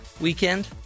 weekend